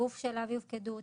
הגוף שאליו יופקדו,